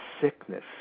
sickness